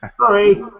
Sorry